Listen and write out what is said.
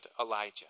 Elijah